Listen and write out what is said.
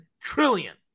trillion